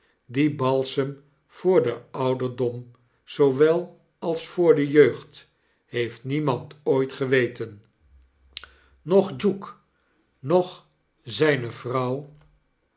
dien balsem voor den ouderdom zoowel als voor de jeugd heeft niemand ooit geweten noch duke noch zjjne vrouw